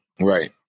Right